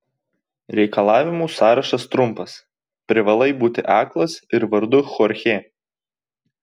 reikalavimų sąrašas trumpas privalai būti aklas ir vardu chorchė